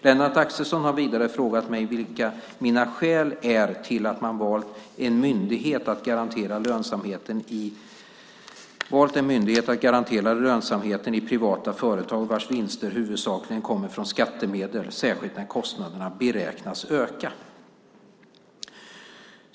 Lennart Axelsson har vidare frågat mig vilka mina skäl är till att man valt en myndighet att garantera lönsamheten i privata företag vars vinster huvudsakligen kommer från skattemedel, särskilt när kostnaderna beräknas öka.